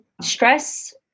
stress